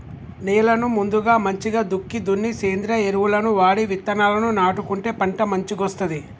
నేలను ముందుగా మంచిగ దుక్కి దున్ని సేంద్రియ ఎరువులను వాడి విత్తనాలను నాటుకుంటే పంట మంచిగొస్తది